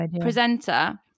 presenter